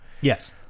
Yes